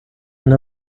ein